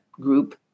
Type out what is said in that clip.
group